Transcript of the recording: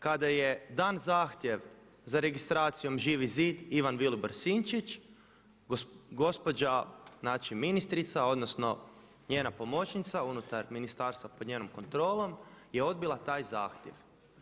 Kada je dan zahtjev za registracijom ŽIVI ZID Ivan Vilibor Sinčić gospođa znači ministrica odnosno njena pomoćnica unutar ministarstva pod njenom kontrolom je odbila taj zahtjev.